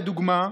לדוגמה,